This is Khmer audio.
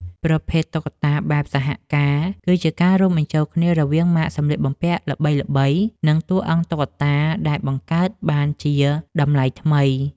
ប្រភេទ តុក្កតាបែបសហការ គឺជាការរួមបញ្ចូលគ្នារវាងម៉ាកសម្លៀកបំពាក់ល្បីៗ និងតួអង្គតុក្កតាដែលបង្កើតបានជាតម្លៃថ្មី។